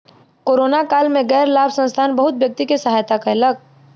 corona काल में गैर लाभ संस्थान बहुत व्यक्ति के सहायता कयलक